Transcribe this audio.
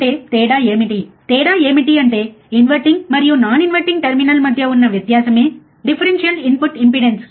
అంటే తేడా ఏమిటి తేడా ఏమిటి అంటే ఇన్వర్టింగ్ మరియు నాన్ ఇన్వర్టింగ్ టెర్మినల్ మధ్య ఉన్న వ్యత్యాసమే డిఫరెన్షియల్ ఇన్పుట్ ఇంపెడెన్స్